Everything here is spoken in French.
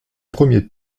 premier